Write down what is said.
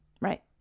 Right